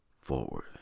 forward